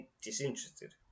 disinterested